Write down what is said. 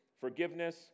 Forgiveness